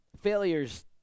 Failures